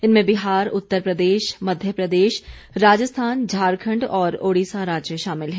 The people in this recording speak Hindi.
इनमें बिहार उत्तर प्रदेश मध्य प्रदेश राजस्थान झारखंड और ओड़िसा राज्य शामिल हैं